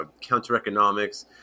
counter-economics